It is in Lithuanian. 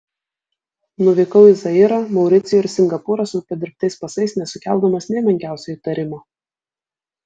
nuvykau į zairą mauricijų ir singapūrą su padirbtais pasais nesukeldamas nė menkiausio įtarimo